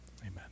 Amen